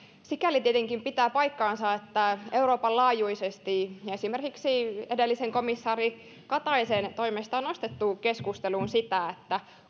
sikäli tietenkin se pitää paikkansa että euroopan laajuisesti esimerkiksi edellisen komissaari kataisen toimesta on nostettu keskusteluun sitä